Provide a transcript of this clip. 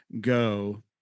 go